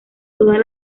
todas